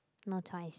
no choice